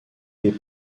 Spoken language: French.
des